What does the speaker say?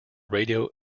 radio